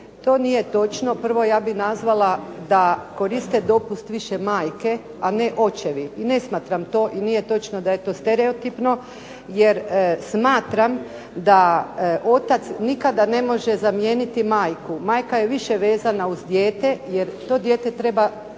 To nije točno prvo ja bih nazvala da koriste dopust više majke a ne očevi, i ne smatram to i ne smatram da je to stereotipno jer smatram da otac nikada ne može zamijeniti majku, majka je više vezana uz dijete, i to dijete treba